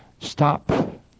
stop